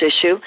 issue